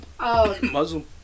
Muslim